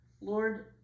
Lord